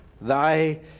Thy